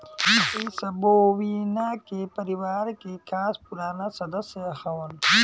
इ सब बोविना के परिवार के खास पुराना सदस्य हवन